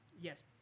yes